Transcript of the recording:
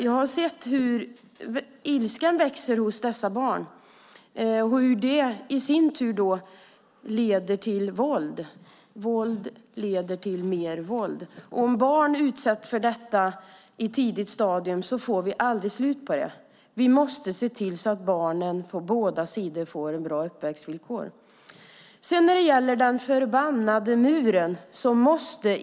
Jag har sett hur ilskan växer hos dessa barn och hur det i sin tur leder till våld. Våld leder till mer våld. Om barn utsätts för detta på ett tidigt stadium får vi aldrig slut på det. Vi måste se till att barnen på båda sidor får bra uppväxtvillkor. Israel måste riva den förbannade muren!